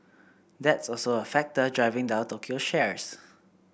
that's also a factor driving down Tokyo shares